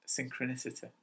synchronicity